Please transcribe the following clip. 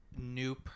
New